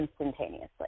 Instantaneously